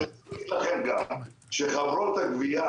אני רוצה להגיד לכם גם שחברות הגבייה